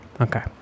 Okay